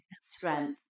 strength